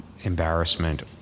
embarrassment